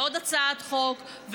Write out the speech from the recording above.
עוד הצעת חוק,